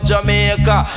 Jamaica